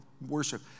worship